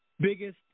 biggest